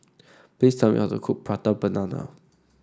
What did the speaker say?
please tell me how to cook Prata Banana